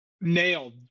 nailed